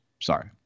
Sorry